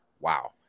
wow